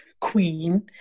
queen